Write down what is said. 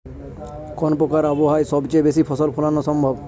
কোন প্রকার আবহাওয়ায় সবচেয়ে বেশি ফসল ফলানো সম্ভব হয়?